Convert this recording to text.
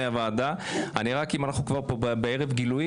אם כבר אנחנו פה בערב גילויים